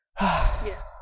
yes